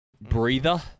breather